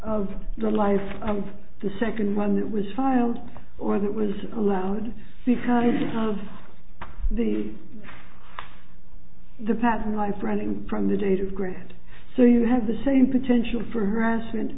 of the life of the second one that was filed or that was allowed because of the the patent life running from the date of grant so you have the same potential for harassment